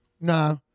Nah